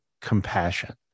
compassion